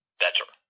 better